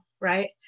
right